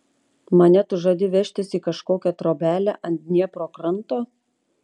mane tu žadi vežtis į kažkokią trobelę ant dniepro kranto